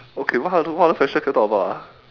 okay what other what other questions can we talk about ah